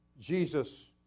Jesus